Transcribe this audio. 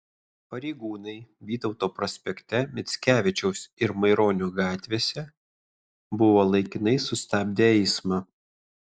pareigūnai vytauto prospekte mickevičiaus ir maironio gatvėse buvo laikinai sustabdę eismą